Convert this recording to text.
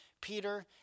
Peter